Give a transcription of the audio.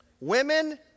Women